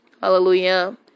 Hallelujah